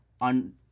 on